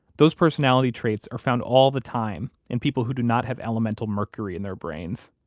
those personality traits are found all the time in people who do not have elemental mercury in their brains.